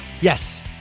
Yes